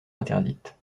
interdite